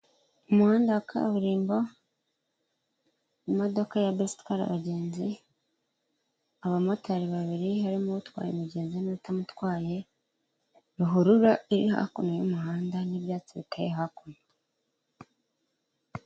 Umuhanda wa kaburimbo, imodoka ya bisi itwara abagenzi, abamotari babiri harimo utwaye umugenzi n'utamutwaye, ruhurura iri hakuno y'umuhanda n'ibyatsi biteye hakuno.